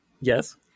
Yes